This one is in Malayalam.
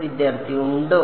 വിദ്യാർത്ഥി ഉണ്ടോ